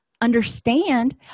understand